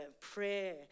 prayer